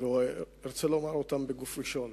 אני רוצה לומר אותם בגוף ראשון.